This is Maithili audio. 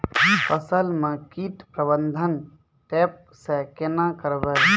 फसल म कीट प्रबंधन ट्रेप से केना करबै?